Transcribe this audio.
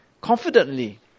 confidently